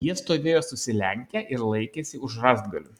jie stovėjo susilenkę ir laikėsi už rąstgalių